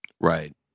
Right